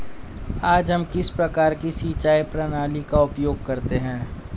आज हम किस प्रकार की सिंचाई प्रणाली का उपयोग करते हैं?